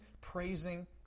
praising